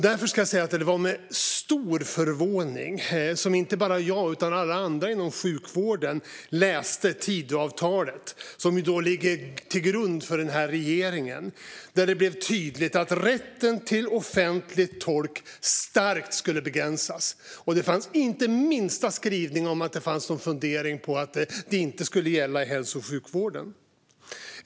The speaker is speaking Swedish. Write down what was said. Därför var det med stor förvåning som inte bara jag utan alla andra inom sjukvården läste Tidöavtalet, som ligger till grund för den här regeringen. Där blev det tydligt att rätten till offentlig tolk starkt skulle begränsas. Det fanns inte minsta skrivning eller fundering om att det inte skulle gälla i hälso och sjukvården.